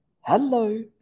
hello